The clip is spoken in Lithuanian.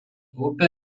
upė